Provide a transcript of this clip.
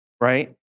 right